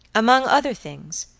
among other things,